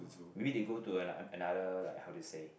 maybe they go to ano~ another like how to say